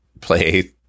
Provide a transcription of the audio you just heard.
play